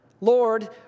Lord